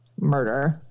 murder